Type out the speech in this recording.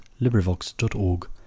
LibriVox.org